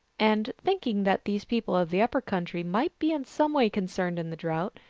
and thinking that these people of the upper country might be in some way concerned in the drought,